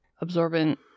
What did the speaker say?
absorbent